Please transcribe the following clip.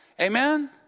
Amen